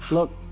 look,